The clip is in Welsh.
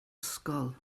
ysgol